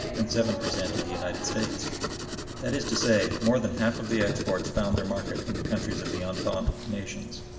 and seven per cent to the united states that is to say, more than half of the exports found their market in the countries of the entente nations.